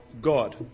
God